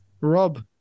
Rob